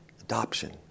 Adoption